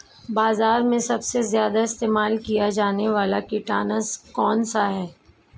बाज़ार में सबसे ज़्यादा इस्तेमाल किया जाने वाला कीटनाशक कौनसा है?